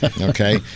okay